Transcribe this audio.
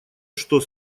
что